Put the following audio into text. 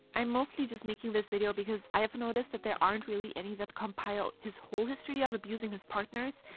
i'm mostly just making this video because i have noticed that there aren't really any that compile his whole history of abusing his partners,